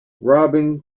robbing